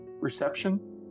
reception